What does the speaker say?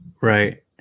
right